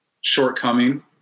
shortcoming